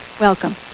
welcome